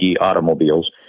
automobiles